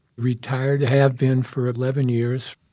retired, have been for eleven years.